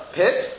pit